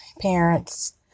Parents